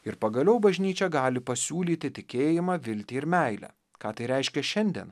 ir pagaliau bažnyčia gali pasiūlyti tikėjimą viltį ir meilę ką tai reiškia šiandien